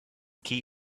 key